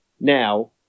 now